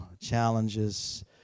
challenges